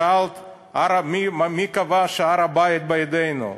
שאלת, מי קבע שהר-הבית בידינו.